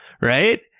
right